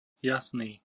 jasný